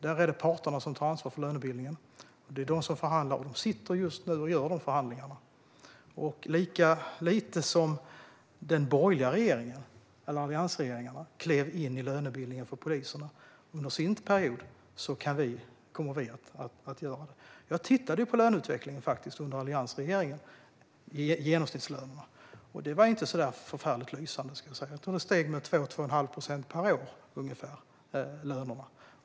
Där är det parterna som tar ansvar för lönebildningen. Det är de som förhandlar, och de sitter just nu och gör det. Lika lite som alliansregeringarna klev in i lönebildningen för poliserna under sin period kommer vi att göra det. Jag tittade på löneutvecklingen, genomsnittslönerna, under alliansregeringens tid, och den var inte så förfärligt lysande. Jag tror att lönerna steg med ungefär 2-2,5 procent per år.